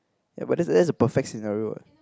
ya but that's that's a perfect scenario what